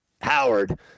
Howard